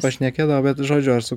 pašnekėdavo bet žodžiu ar su